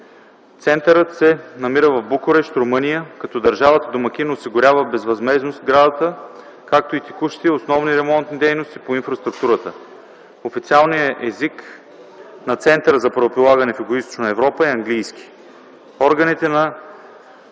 Центърът се намира в Букурещ, Румъния, като държавата домакин осигурява безвъзмездно сградата, както и текущите и основните ремонтни дейности по инфраструктурата. Официалният език на Центъра е английски. Органите на